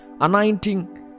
anointing